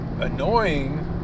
annoying